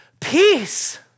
peace